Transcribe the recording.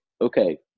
okay